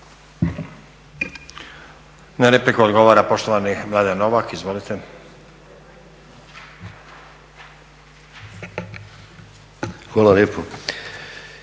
Na repliku odgovara poštovani Mladen Novak, izvolite. **Novak, Mladen